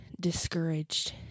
discouraged